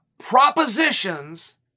propositions